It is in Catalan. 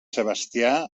sebastià